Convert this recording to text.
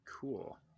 Cool